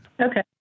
Okay